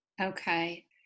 okay